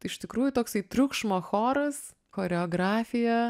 iš tikrųjų toksai triukšmo choras choreografija